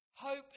Hope